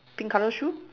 pink color shoe